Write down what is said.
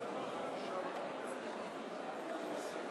(הישיבה נפסקה בשעה